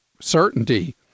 certainty